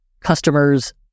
customers